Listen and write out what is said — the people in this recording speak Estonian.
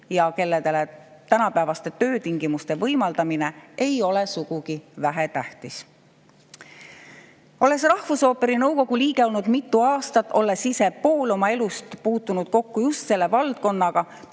kellele tänapäevaste töötingimuste võimaldamine ei ole sugugi vähetähtis. Olles rahvusooperi nõukogu liige olnud mitu aastat, olles ise pool oma elust puutunud kokku just selle valdkonnaga,